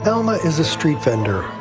alma is a street vendor,